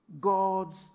God's